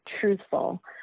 truthful